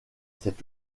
cet